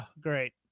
great